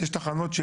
יש תחנות,